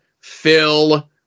Phil